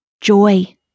Joy